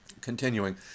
continuing